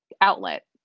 outlet